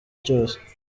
cyose